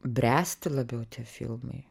bręsti labiau tie filmai